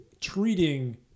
treating